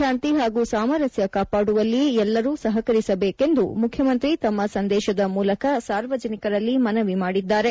ಶಾಂತಿ ಹಾಗೂ ಸಾಮರಸ್ಯ ಕಾಪಾಡುವಲ್ಲಿ ಎಲ್ಲರೂ ಸಹಕರಿಸಬೇಕೆಂದು ಮುಖ್ಯಮಂತ್ರಿ ತಮ್ಮ ಸಂದೇಶದ ಮೂಲಕ ಸಾರ್ವಜನಿಕರಲ್ಲಿ ಮನವಿ ಮಾಡಿದ್ದಾರೆ